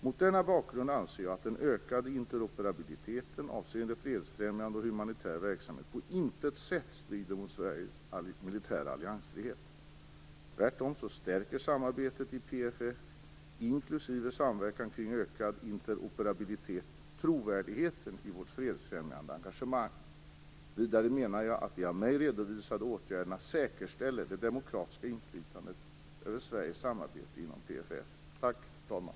Mot denna bakgrund anser jag att den ökade interoperabiliteten avseende fredsfrämjande och humanitär verksamhet på intet sätt strider mot Sveriges militära alliansfrihet. Tvärtom så stärker samarbete i PFF, inklusive samverkan kring ökad interoperabilitet, trovärdigheten i vårt fredsfrämjande engagemang. Vidare menar jag att de av mig redovisade åtgärderna säkerställer det demokratiska inflytandet över Sveriges samarbete inom PFF.